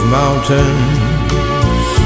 mountains